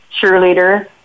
Cheerleader